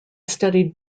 studied